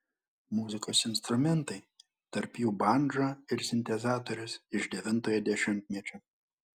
muzikos instrumentai tarp jų bandža ir sintezatorius iš devintojo dešimtmečio